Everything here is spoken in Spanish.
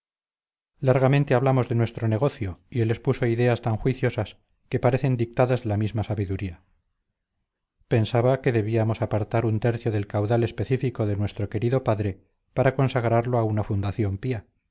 largamente hablamos de nuestro negocio y él expuso ideas tan juiciosas que parecen dictadas de la misma sabiduría pensaba que debíamos apartar un tercio del caudal específico de nuestro querido padre para consagrarlo a una fundación pía